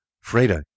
Freda